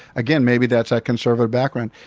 again, maybe that's that conservative background.